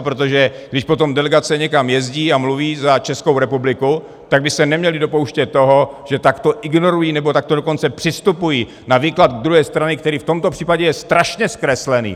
Protože když potom delegace někam jezdí a mluví za Českou republiku, tak by se neměly dopouštět toho, že takto ignorují, nebo takto dokonce přistupují na výklad druhé strany, který je v tomto případě strašně zkreslený.